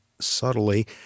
subtly